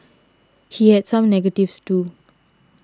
he had some negatives too